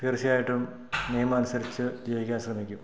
തീർച്ചയായിട്ടും നിയമം അനുസരിച്ച് ജീവിക്കാൻ ശ്രമിക്കും